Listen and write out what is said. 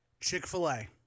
Chick-fil-A